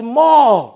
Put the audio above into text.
more